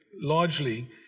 largely